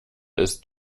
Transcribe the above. ist